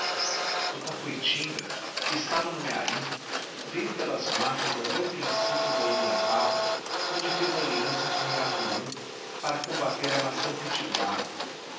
o tapuitinga que estava no mearim veio pelas matas até o princípio da ibiapaba onde fez aliança com irapuã para combater a nação